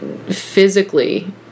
physically